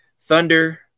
Thunder